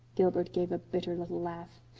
gilbert gave a bitter little laugh.